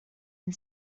and